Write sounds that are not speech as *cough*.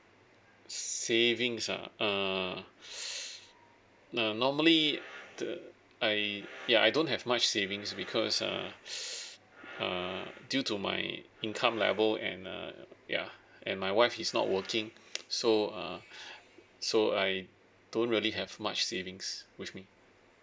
savings err uh *breath* normally uh I ya I don't have much savings because err *breath* err due to my income level and uh ya and my wife is not working so err so I don't really have much savings with me